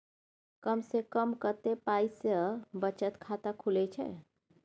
कम से कम कत्ते पाई सं बचत खाता खुले छै?